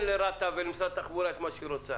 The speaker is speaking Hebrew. לרת"א ולמשרד התחבורה את מה שהם רוצים